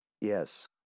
Yes